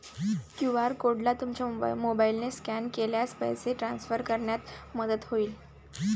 QR कोडला तुमच्या मोबाईलने स्कॅन केल्यास पैसे ट्रान्सफर करण्यात मदत होईल